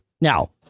Now